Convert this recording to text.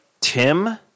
Tim